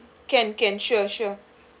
can can sure sure